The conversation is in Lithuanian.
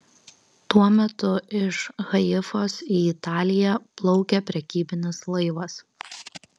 tuo metu iš haifos į italiją plaukė prekybinis laivas